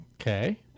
Okay